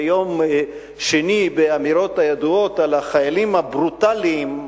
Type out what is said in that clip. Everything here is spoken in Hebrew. ביום שני באמירות הידועות על החיילים הברוטליים,